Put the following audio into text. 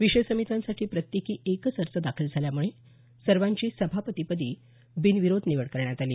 विषय समित्यांसाठी प्रत्येकी एकच अर्ज दाखल झाल्यामुळं सर्वांची सभापतीपदी बिनविरोध निवड करण्यात आली